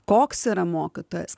koks yra mokytojas